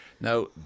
Now